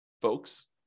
folks